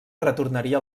retornaria